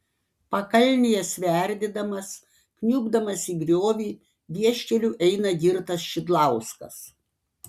pakalnėje sverdėdamas kniubdamas į griovį vieškeliu eina girtas šidlauskas